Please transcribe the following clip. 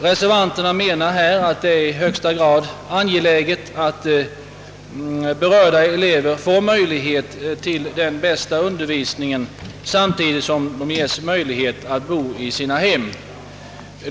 Reservanterna menar att det är i högsta grad angeläget att berörda elever får den bästa undervisningen och att samtidigt åt dem ges möjlighet att bo i sina hem.